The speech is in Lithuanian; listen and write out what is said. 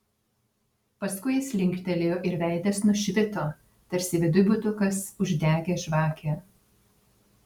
paskui jis linktelėjo ir veidas nušvito tarsi viduj būtų kas uždegęs žvakę